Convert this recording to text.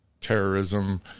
terrorism